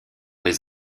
les